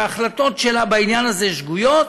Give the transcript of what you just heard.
שההחלטות שלה בעניין הזה שגויות,